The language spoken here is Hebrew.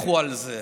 לכו על זה.